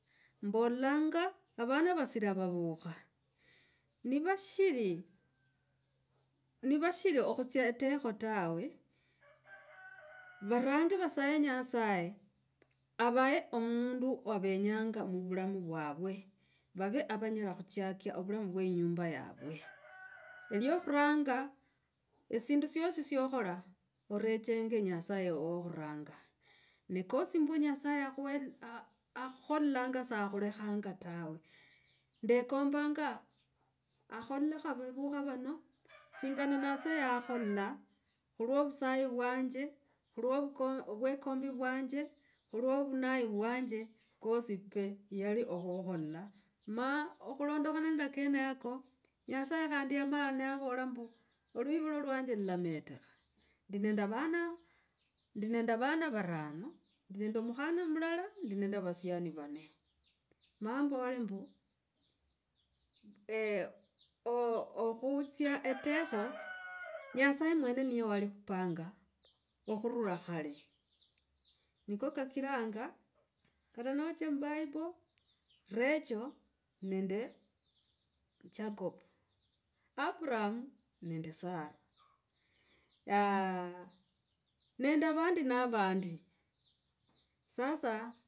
Mbolanga avana vasiri avavukha, nivashiri, nivashiri okhutsia tekho tawe varange vasale nyasaye avehe omundu wavenyanga muvulamu vwavo. Vave avanyela khuchakia ovulamu vwe inyumba yavwe. Lyo khuranga esindu syosi syokhola orechenge nyasaye wokhuranga. Ne kosi mbwe nyasaye akhwe, akhukholanga sa akhulekhanga tawe. Ndekombanga akholekho avavukha vano singana nyasaye yakhola khu lwo ovusayo vwanje, khu lwo ovwekombi vwanje, khu lwo ovunai vwanje kosi pe yali okhukholela. Ma khulondekhana nende kenako nyasaye kandi yamaya navola mbu. Lwivulo lwanje lulametekha, ndi nende vana, ndi nende vana varano ndi nende omukhana mulula, ndi nende avasiani vanne. Ma mbole khutsia etekho nyasaye mwene niye wali khupanga khurula khale. Niko kakiranga kata notsia mu bible, rachael nende jacob, abraham nende sarah aah nende vandi na vandi sasa.